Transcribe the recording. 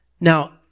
Now